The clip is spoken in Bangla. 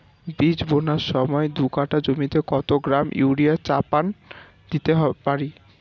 বীজ বোনার সময় দু কাঠা জমিতে কত গ্রাম ইউরিয়া চাপান দিতে পারি?